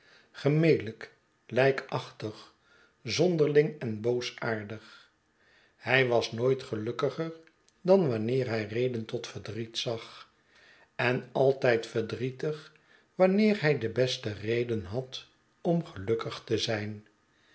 gemelijk lijkachtig zonderling en boosaardig hij was nooit gelukkiger dan wanneer hij reden tot verdriet zag en altijd verdrietig wanneer hij de beste reden had om gelukkig te zijn